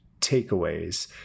takeaways